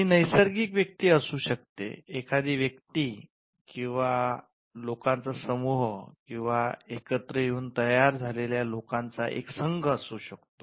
ही नैसर्गिक व्यक्ती असू शकते एखादी व्यक्ती किंवा लोकांचा समूह किंवा एकत्र येऊन तयार झालेल्या लोकांचा एक संघ असू शकतो